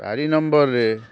ଚାରି ନମ୍ବର୍ରେ